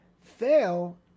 fail